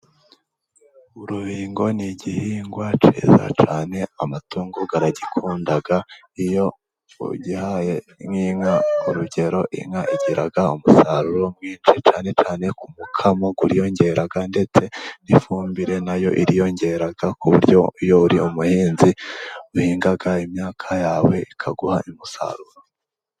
Urubingo ni igihingwa cyiza cyane, amatungo aragikunda. Iyo ugihaye nk'inka urugero, inka igira umusaruro mwinshi cyane cyane ku mukamo uriyongera ndetse n'ifumbire na yo iriyongera. Ku buryo iyo uri umuhinzi uhinga imyaka yawe ikaguha umusaruro.